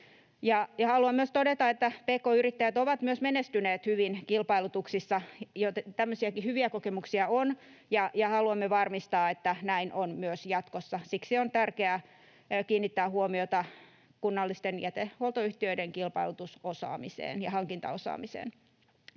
Haluan myös todeta, että pk-yrittäjät ovat myös menestyneet hyvin kilpailutuksissa, tämmöisiäkin hyviä kokemuksia on, ja haluamme varmistaa, että näin on myös jatkossa. Siksi on tärkeää kiinnittää huomiota kunnallisten jätehuoltoyhtiöiden kilpailutusosaamiseen ja hankintaosaamiseen.